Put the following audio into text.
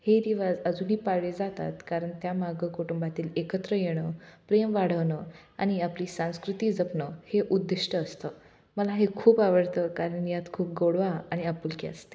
हे रिवाज अजूनही पाळले जातात कारन त्या मागं कुटुंबातील एकत्र येणं प्रेम वाढवणं आणि आपली सांस्कृती जपणं हे उद्दिष्ट असतं मला हे खूप आवडतं कारण यात खूप गोडवा आणि आपुलकी असतं